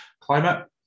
climate